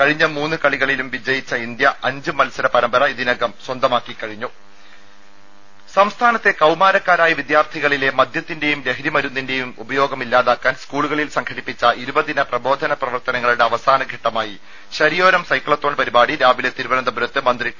കഴിഞ്ഞ മൂന്ന് കളികളിലും വിജയിച്ച ഇന്ത്യ അഞ്ച് മത്സര പരമ്പര ഇതിനകം സ്വന്തമാക്കി കഴിഞ്ഞു ദരദ സംസ്ഥാനത്തെ കൌമാരക്കാരായ വിദ്യാർത്ഥികളിലെ മദ്യത്തിന്റെയും ലഹരിമരുന്നിന്റെയും ഉപയോഗം ഇല്ലാതാക്കാൻ സ്കൂളുകളിൽ സംഘടിപ്പിച്ച ഇരുപതിന പ്രബോധന പ്രവർത്തനങ്ങളുടെ അവസാന ഘട്ടമായി ശരിയോരം സൈക്സത്തോൺ പരിപാടി രാവിലെ തിരുവനന്തപുരത്ത് മന്ത്രി ടി